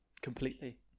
completely